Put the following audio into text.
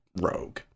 rogue